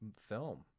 film